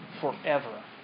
forever